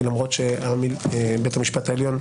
למרות שבית המשפט העליון,